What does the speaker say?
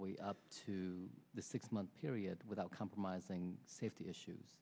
l way up to the six month period without compromising safety issues